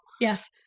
Yes